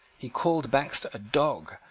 he called baxter a dog,